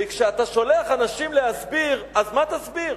וכשאתה שולח אנשים להסביר, אז מה אתה תסביר?